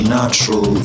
natural